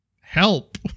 help